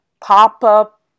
pop-up